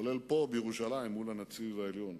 גם כאן, בירושלים, מול הנציב העליון.